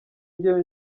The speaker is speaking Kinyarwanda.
njyewe